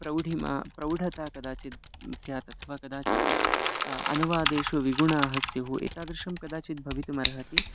प्रौढिमा प्रौढता कदाचित् स्यात् अथवा कदाचित् अनुवादेषु विगुणाः स्युः एतादृशं कदाचित् भवितुम् अर्हति